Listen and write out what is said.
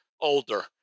older